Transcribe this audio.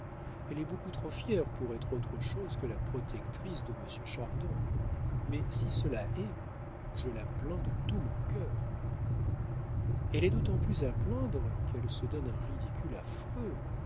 elle est beaucoup trop fière pour être autre chose que la protectrice de monsieur chardon mais si cela est je la plains de tout mon cœur elle est d'autant plus à plaindre qu'elle se donne un ridicule affreux